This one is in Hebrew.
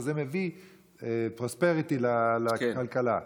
וזה מביא פרוספריטי לכלכלה.